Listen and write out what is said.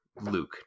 luke